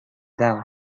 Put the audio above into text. down